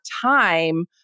time